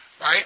right